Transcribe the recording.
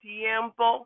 tiempo